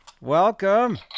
welcome